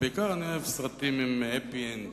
ובעיקר אני אוהב סרטים עם heppy end,